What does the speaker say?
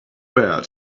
bad